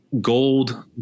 gold